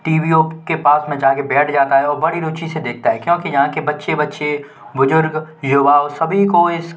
टीवीयों के पास में जा कर बैठ जाता है और बड़ी रुचि से देखता है क्योंकि यहाँ के बच्चे बच्चे बुज़ुर्ग युवा सभी को इस